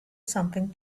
something